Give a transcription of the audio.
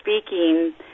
speaking